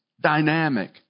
dynamic